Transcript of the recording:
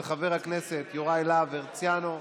של חבר הכנסת יוראי להב הרצנו.